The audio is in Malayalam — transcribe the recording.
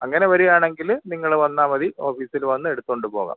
അങ്ങനെ വരികയാണെങ്കിൽ നിങ്ങൾ വന്നാൽ മതി ഓഫീസിൽ വന്ന് എടുത്തുകൊണ്ട് പോകാം